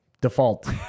default